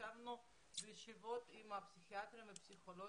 קיימנו ישיבות עם פסיכיאטרים ופסיכולוגים.